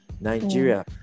Nigeria